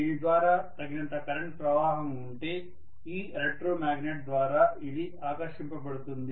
దీని ద్వారా తగినంత కరెంట్ ప్రవాహం ఉంటే ఈ ఎలక్ట్రో మ్యాగ్నెట్ ద్వారా ఇది ఆకర్షింప బడుతుంది